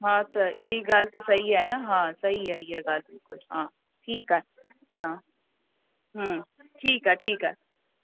हा त इअं ई ॻाल्हि त सही आहे न हा सही आहे इहा ॻाल्हि बिल्कुलु हा ठीकु आहे अच्छा हम्म ठीकु आहे ठीकु आहे